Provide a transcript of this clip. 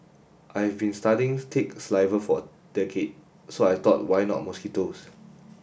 I've been studying tick saliva for a decade so I thought why not mosquitoes